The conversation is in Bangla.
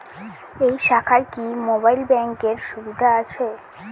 এই শাখায় কি মোবাইল ব্যাঙ্কের সুবিধা আছে?